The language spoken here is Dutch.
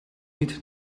niet